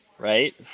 right